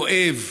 כואב,